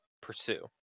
pursue